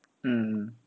mm